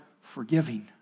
forgiving